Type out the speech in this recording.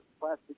plastic